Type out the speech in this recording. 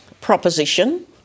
proposition